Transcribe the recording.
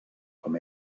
com